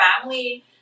family